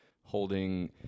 holding